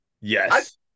Yes